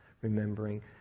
remembering